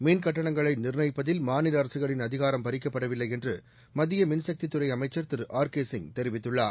மின் கட்டணங்களை நிர்ணயிப்பதில் மாநில அரசுகளின் அதிகாரம் பறிக்கப்படவில்லை என்று மத்திய மின்சக்தி துறை அமைச்சர் திரு ஆர் கே சிங் தெரிவித்துள்ளார்